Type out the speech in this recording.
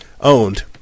owned